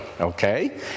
okay